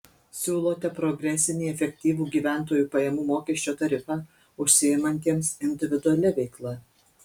siūlote progresinį efektyvų gyventojų pajamų mokesčio tarifą užsiimantiems individualia veikla